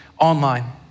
online